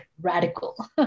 radical